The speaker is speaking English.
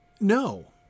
No